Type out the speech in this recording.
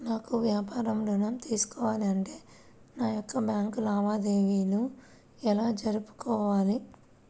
నాకు వ్యాపారం ఋణం తీసుకోవాలి అంటే నా యొక్క బ్యాంకు లావాదేవీలు ఎలా జరుపుకోవాలి?